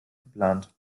geplant